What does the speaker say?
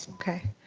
okay.